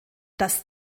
das